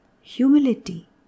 humility